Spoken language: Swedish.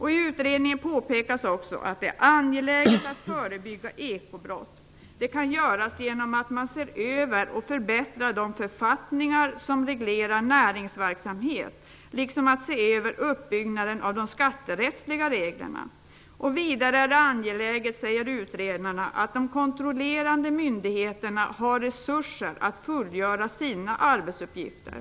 I utredningen påpekas också att det är angeläget att förebygga ekobrott. Det kan göras genom att man ser över och förbättrar de författningar som reglerar näringsverksamhet liksom att man ser över uppbyggnaden av de skatterättsliga reglerna. Vidare är det enligt utredarna angeläget att de kontrollerande myndigheterna har resurser att fullgöra sina arbetsuppgifter.